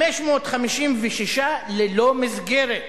556 ללא מסגרת.